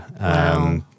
Wow